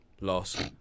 Loss